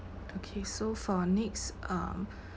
okay so for next um